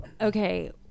Okay